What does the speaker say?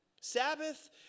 Sabbath